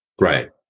Right